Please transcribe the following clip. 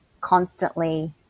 constantly